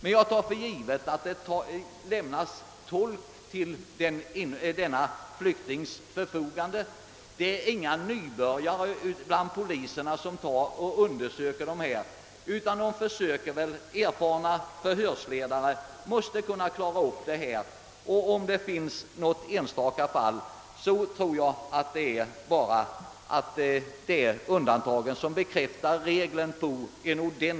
Men jag tar för givet att det ställs tolk till sådana flyktingars förfogande. Det är inga nybörjare inom polisen som får hand om dessa ärenden, och jag tror att erfarna förhörsledare kan klara upp dessa saker. Om det i något enstaka fall inte förhåller sig så, tror jag att del är undantaget som bekräftar regeln.